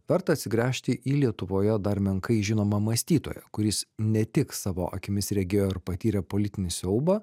verta atsigręžti į lietuvoje dar menkai žinomą mąstytoją kuris ne tik savo akimis regėjo ir patyrė politinį siaubą